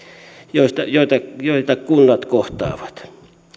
joita joita kunnat kohtaavat